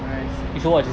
I see